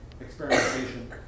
experimentation